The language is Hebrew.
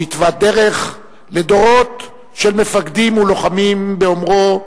הוא התווה דרך לדורות של מפקדים ולוחמים באומרו: